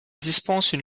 dispensent